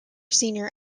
senior